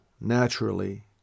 naturally